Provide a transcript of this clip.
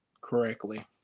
correctly